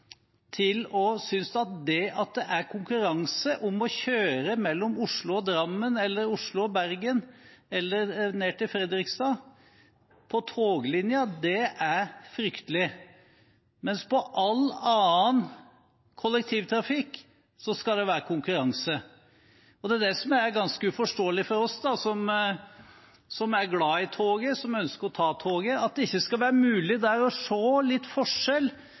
konkurranse om å kjøre mellom Oslo og Drammen, Oslo og Bergen eller ned til Fredrikstad på toglinjen, er fryktelig, mens det på all annen kollektivtrafikk skal være konkurranse. Det som er ganske uforståelig for oss som er glad i toget, og som ønsker å ta toget, er at det ikke skal være mulig å se litt